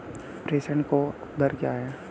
प्रेषण दर क्या है?